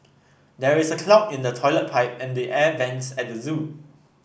there is a clog in the toilet pipe and the air vents at the zoo